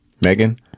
Megan